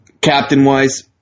Captain-wise